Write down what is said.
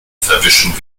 verwischen